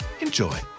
enjoy